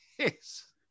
Yes